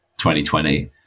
2020